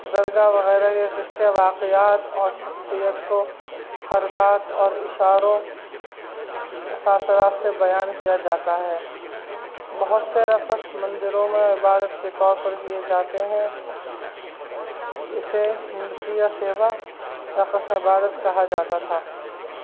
درگاہ وغیرہ کے قصے واقعات اور شخصیت کو حرکات اور اشاروں تاثرات سے بیان کیا جاتا ہے بہت سے رقص مندروں میں عبادت کے طور پر کیے جاتے ہیں اسے نتیا سیوا رقص عبادت کہا جاتا تھا